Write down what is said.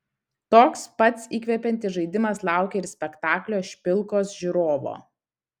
toks pats įkvepiantis žaidimas laukia ir spektaklio špilkos žiūrovo